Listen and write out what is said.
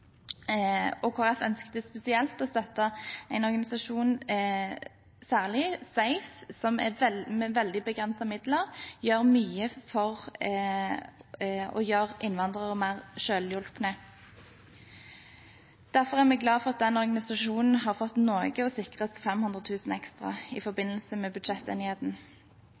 og Kristelig Folkeparti ønsker spesielt å styrke særlig en organisasjon, SEIF, som med veldig begrensede midler gjør mye for å gjøre innvandrere mer selvhjulpne. Derfor er vi glade for at den organisasjonen har fått noe og sikres 500 000 kr ekstra i forbindelse med budsjettenigheten.